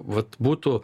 vat būtų